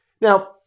Now